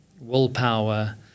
willpower